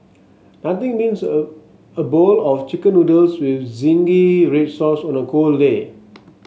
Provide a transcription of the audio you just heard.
nothing beats a a bowl of chicken noodles with zingy red sauce on a cold day